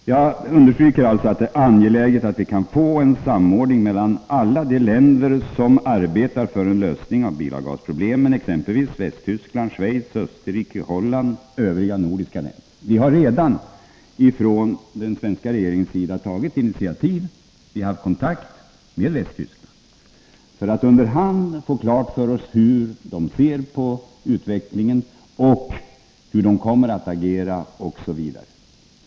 Jag understryker alltså att det är angeläget att få en samordning mellan alla de länder som arbetar för en lösning av bilavgasproblemen, exempelvis Västtyskland, Schweiz, Österrike, Holland och övriga nordiska länder. Vi har redan ifrån den svenska regeringens sida tagit initiativ och haft kontakt med Västtyskland för att under hand få klart för oss hur man där ser på utvecklingen, hur man kommer att agera osv.